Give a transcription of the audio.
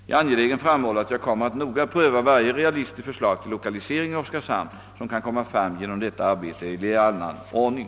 Jag är angelägen framhålla, att jag kommer att noga pröva varje realistiskt förslag till lokalisering i Oskarshamn som kan komma fram genom detta arbete eller i annan ordning.